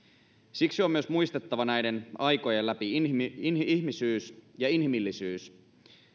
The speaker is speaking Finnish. siksi on muistettava myös näiden aikojen läpi ihmisyys ja inhimillisyys